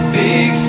big